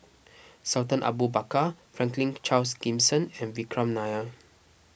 Sultan Abu Bakar Franklin Charles Gimson and Vikram Nair